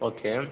okay